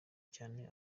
cyane